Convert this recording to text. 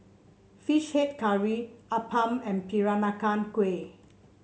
fish head curry appam and Peranakan Kueh